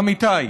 עמיתיי,